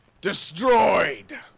destroyed